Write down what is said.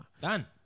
Done